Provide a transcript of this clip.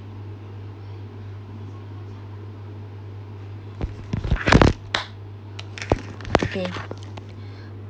okay